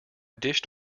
dished